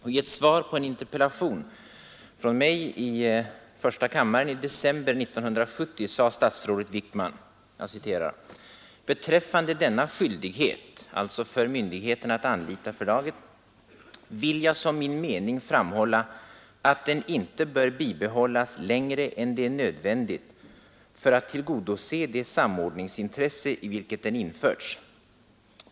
I ett svar på en interpellation från mig i första kammaren i december 1970 sade statsrådet Wickman: ”Beträffande denna skyldighet” — för myndigheterna att anlita förlaget — ”vill jag som min mening framhålla, att den inte bör bibehållas längre än det är nödvändigt för att tillgodose det samordningsintresse i vilket den införts.